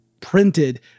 printed